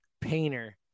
painter